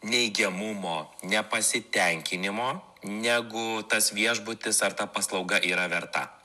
neigiamumo nepasitenkinimo negu tas viešbutis ar ta paslauga yra verta